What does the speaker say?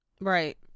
Right